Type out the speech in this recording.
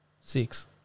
Six